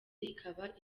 ikaba